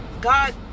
God